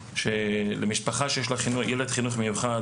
למשפחה שיש לה ילד בחינוך מיוחד,